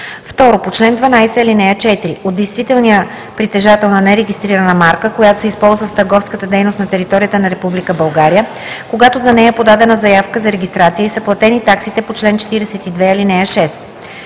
2. по чл. 12, ал. 4 – от действителния притежател на нерегистрирана марка, която се използва в търговската дейност на територията на Република България, когато за нея е подадена заявка за регистрация и са платени таксите по чл. 42, ал. 6; 3.